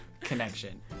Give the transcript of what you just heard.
Connection